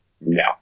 No